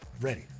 Ready